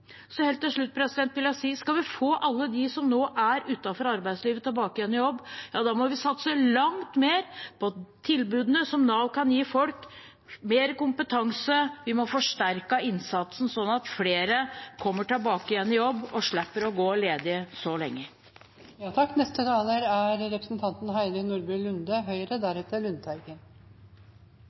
Helt til slutt vil jeg si at skal vi få alle dem som nå er utenfor arbeidslivet, tilbake i jobb, må vi satse langt mer på tilbudene som Nav kan gi folk for å få mer kompetanse. Vi må forsterke innsatsen sånn at flere kommer tilbake i jobb og slipper å gå ledig så lenge. Det er ingen tvil om at den pågående pandemien er